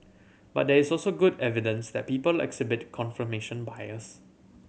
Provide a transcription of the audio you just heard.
but there is also good evidence that people exhibit confirmation bias